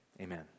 amen